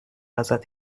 ازت